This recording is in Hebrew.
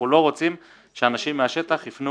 אנחנו לא רוצים שאנשים מן השטח יפנו